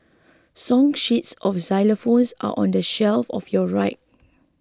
song sheets for xylophones are on the shelf of your right